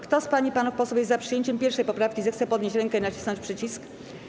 Kto z pań i panów posłów jest za przyjęciem 1. poprawki, zechce podnieść rękę i nacisnąć przycisk.